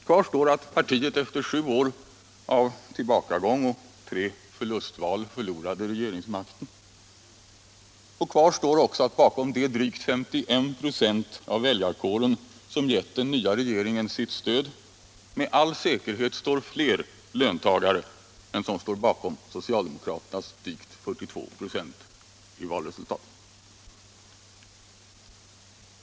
Kvar står att partiet efter sju år av tillbakagång och tre förlustval förlorade regeringsmakten. Kvar står också att bakom de drygt 51 96 av väljarkåren som gett den nya regeringen sitt stöd med all säkerhet står fler löntagare än som står bakom socialdemokraternas drygt 42 96 i valresultat.